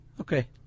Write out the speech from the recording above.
okay